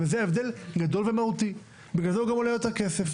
זה הבדל גדול ומהותי ולכן הוא גם עולה יותר כסף.